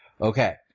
Okay